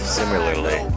similarly